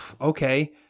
okay